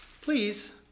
please